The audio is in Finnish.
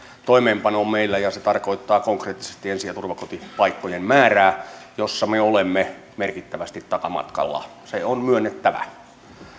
toimeenpanoon meillä ja se tarkoittaa konkreettisesti ensi ja turvakotipaikkojen määrää jossa me olemme merkittävästi takamatkalla se on myönnettävä